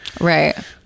Right